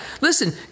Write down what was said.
Listen